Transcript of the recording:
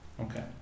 Okay